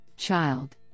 child